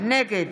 נגד